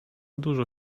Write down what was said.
dużo